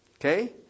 Okay